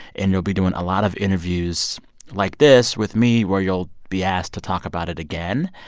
and you'll be doing a lot of interviews like this with me, where you'll be asked to talk about it again.